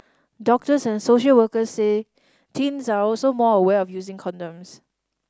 doctors and social workers say teens are also more aware of using condoms